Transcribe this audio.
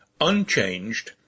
unchanged